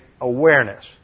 awareness